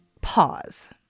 pause